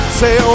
say